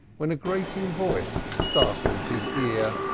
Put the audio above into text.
when a grating voice startled his ear.